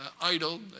idle